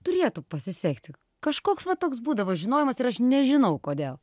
turėtų pasisekti kažkoks va toks būdavo žinojimas ir aš nežinau kodėl